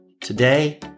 today